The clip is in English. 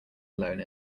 alone